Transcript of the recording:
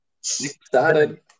started